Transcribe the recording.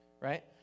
right